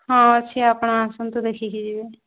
ହଁ ଅଛି ଆପଣ ଆସନ୍ତୁ ଦେଖିକି ଯିବେ